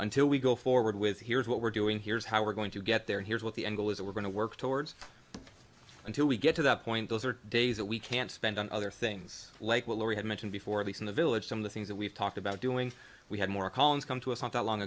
until we go forward with here's what we're doing here's how we're going to get there here's what the angle is that we're going to work towards until we get to that point those are days that we can't spend on other things like what we had mentioned before at least in the village some of the things that we've talked about doing we had more columns come to us not that long